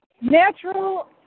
natural